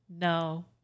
No